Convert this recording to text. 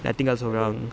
sudah tinggal seorang